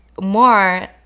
more